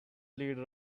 leader